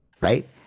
right